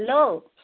hello